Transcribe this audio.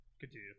Continue